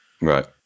Right